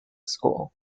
school